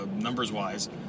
numbers-wise